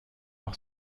par